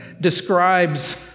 describes